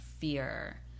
fear